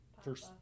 first